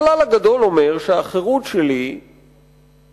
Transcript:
הכלל הגדול אומר שהחירות שלי מסתיימת